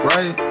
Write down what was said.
Right